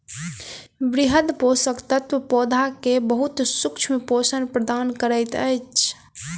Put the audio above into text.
वृहद पोषक तत्व पौधा के बहुत सूक्ष्म पोषण प्रदान करैत अछि